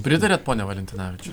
pritariat pone valentinavičiau